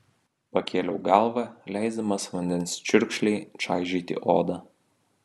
pakėliau galvą leisdamas vandens čiurkšlei čaižyti odą